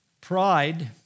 Pride